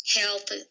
health